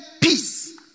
peace